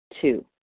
Two